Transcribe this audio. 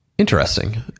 interesting